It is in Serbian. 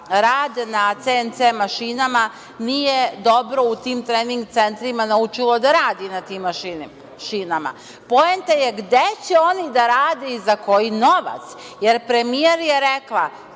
rad na CNC mašinama nije dobro u tim trening centrima naučilo da radi na tim mašinama. Poenta je gde će oni da rade i za koji novac. Premijer je rekla